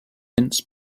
mince